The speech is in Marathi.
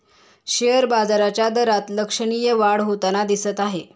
शेअर बाजाराच्या दरात लक्षणीय वाढ होताना दिसत आहे